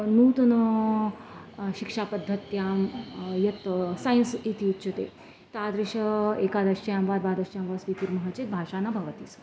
नूतन शिक्षापद्धत्यां यत् सैन्स् इति उच्यते तादृश्यां एकादश्यां वा द्वादश्यां वा स्वीकुर्मः चेत् भाषा न भवति स्म